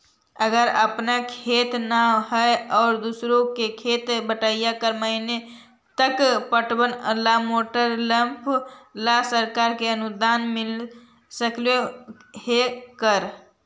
अगर अपन खेत न है और दुसर के खेत बटइया कर महिना त पटावे ल मोटर लेबे ल सरकार से अनुदान मिल सकले हे का?